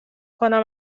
کنم